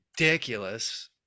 ridiculous